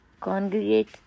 congregate